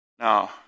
Now